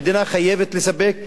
המדינה חייבת לספק אותם,